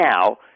now